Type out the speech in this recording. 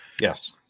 Yes